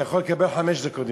אתה יכול לקבל חמש דקות,